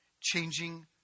changing